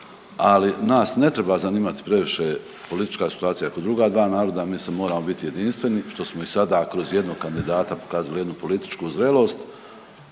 ali nas ne treba zanimati previše politička situacija kod druga dva naroda, mi se moramo biti jedinstveni što smo i sada kroz jednog kandidata pokazali jednu političku zrelost